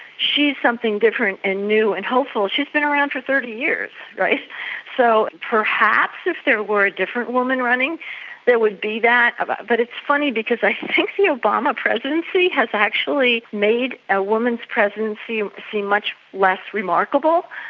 she's something different and new and hopeful she's been around for thirty years. so perhaps if there were a different woman running there would be that, but but funny because i think the obama presidency has actually made a woman's presidency seem much less remarkable,